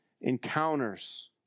encounters